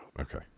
Okay